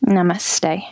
Namaste